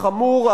החמור,